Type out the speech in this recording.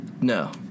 no